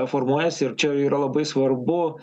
formuojasi ir čia yra labai svarbu